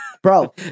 Bro